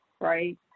right